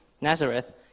Nazareth